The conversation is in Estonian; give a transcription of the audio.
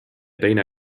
teine